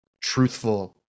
truthful